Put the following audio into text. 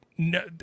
No